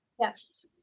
Yes